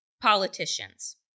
politicians